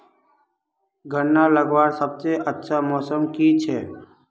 गन्ना लगवार सबसे अच्छा मौसम की छे?